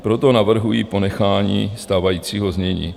Proto navrhuji ponechání stávajícího znění.